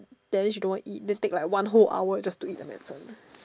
then she don't want to eat then take like one whole hour just to eat the medicine